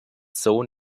sohn